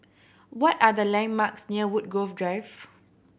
what are the landmarks near Woodgrove Drive